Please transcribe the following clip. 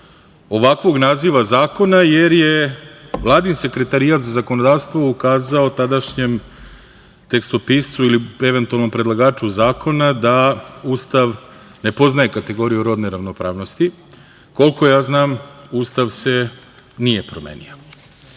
ovakvog naziva zakona, jer je vladin Sekretarijat za zakonodavstvo ukazao tadašnjem tekstopiscu ili eventualno predlagaču zakona da Ustav ne poznaje kategoriju rodne ravnopravnosti. Koliko ja znam, Ustav se nije promenio.